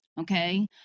Okay